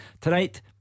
tonight